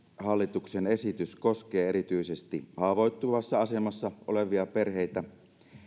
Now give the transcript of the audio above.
hallituksen esitys koskee erityisesti haavoittuvassa asemassa olevia perheitä